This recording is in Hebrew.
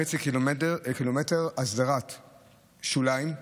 ק"מ הסדרת שוליים,